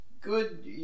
good